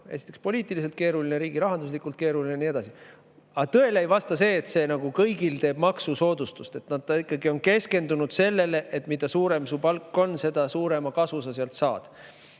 esiteks poliitiliselt keeruline, ka riigirahanduslikult keeruline ja nii edasi. Aga tõele ei vasta see, et see nagu tekitaks kõigile maksusoodustuse. See on ikkagi keskendunud sellele, et mida suurem su palk on, seda suuremat kasu sa sellest saad.